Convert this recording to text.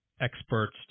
experts